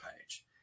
page